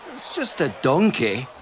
it's just a donkey.